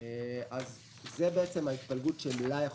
זו ההתפלגות של מלאי החוב.